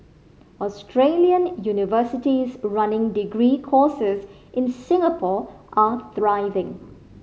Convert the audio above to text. Australian universities running degree courses in Singapore are thriving